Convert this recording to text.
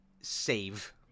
save